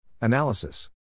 Analysis